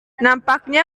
nampaknya